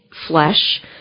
flesh